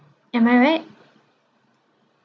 am I right